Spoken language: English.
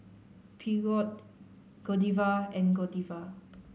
Peugeot Godiva and Godiva